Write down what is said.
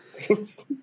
Thanks